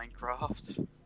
Minecraft